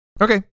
Okay